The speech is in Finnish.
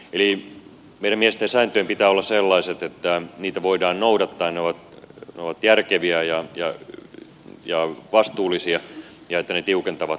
eli meidän mielestämme sääntöjen pitää olla sellaiset että niitä voidaan noudattaa ne ovat järkeviä ja vastuullisia ja ne tiukentavat